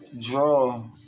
draw